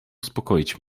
uspokoić